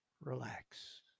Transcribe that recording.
relax